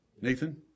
Nathan